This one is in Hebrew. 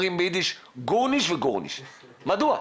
אומרים ביידיש גורניכט וגורניכט, מדוע?